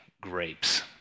grapes